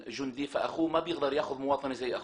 תושב קבע, בשביל להתאזרח צריך להגיש בקשה.